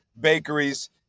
bakeries